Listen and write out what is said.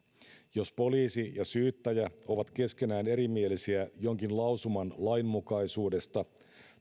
jos poliisi ja syyttäjä ovat keskenään erimielisiä jonkin lausuman lainmukaisuudesta